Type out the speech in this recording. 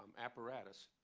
um apparatus.